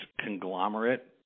conglomerate